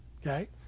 Okay